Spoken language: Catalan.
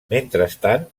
mentrestant